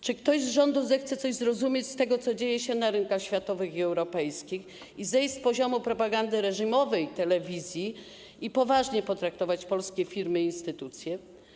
Czy ktoś z rządu zechce coś zrozumieć z tego, co dzieje się na rynkach światowych i europejskich, i zejść z poziomu propagandy reżimowej telewizji i poważnie potraktować polskie firmy i instytucje?